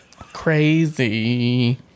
Crazy